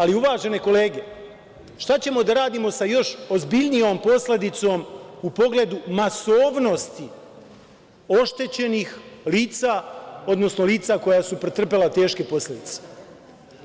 Ali, uvažene kolege, šta ćemo da radimo sa još ozbiljnijom posledicom u pogledu masovnosti oštećenih lica, odnosno lica koja su pretrpela teške posledice,